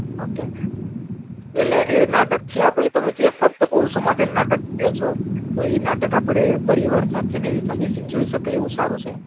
okay એટલે એ નાટક છે આપણે તમે જે ફક્ત પુરુષો માટે નાટક કહો છો તો એ નાટક આપણે પરિવાર સાથેને એવી રીતના બેસીને જોઈ શકાય એવું સારું છે